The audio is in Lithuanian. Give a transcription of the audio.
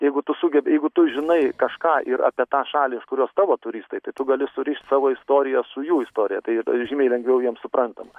jeigu tu sugebi jeigu tu žinai kažką ir apie tą šalį iš kurios tavo turistai tai tu gali surišt savo istoriją su jų istorija tai ir žymiai lengviau jiems suprantama